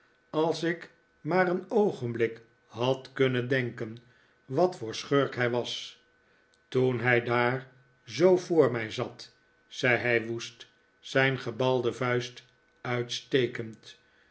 als ik maar een oogenblik had kunnen denken wat voor schurk hij was toen hij daar zoo voor mij zat zei hij woest zijn gebalde vuist uitstekend